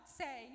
say